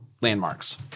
landmarks